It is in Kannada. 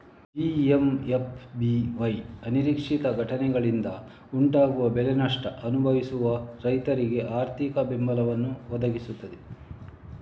ಪಿ.ಎಂ.ಎಫ್.ಬಿ.ವೈ ಅನಿರೀಕ್ಷಿತ ಘಟನೆಗಳಿಂದ ಉಂಟಾಗುವ ಬೆಳೆ ನಷ್ಟ ಅನುಭವಿಸುವ ರೈತರಿಗೆ ಆರ್ಥಿಕ ಬೆಂಬಲವನ್ನ ಒದಗಿಸ್ತದೆ